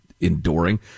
enduring